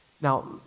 Now